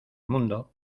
mundo